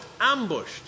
ambushed